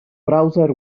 browser